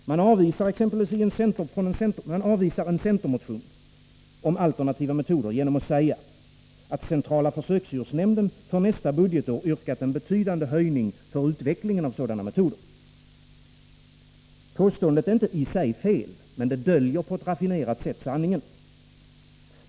Man avvisar en centermotion om alternativa metoder genom att säga att centrala försöksdjursnämnden för nästa budgetår yrkat på en betydande höjning för utvecklingen av sådana metoder. Påståendet är inte i sig fel, men det döljer på ett raffinerat sätt sanningen.